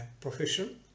profession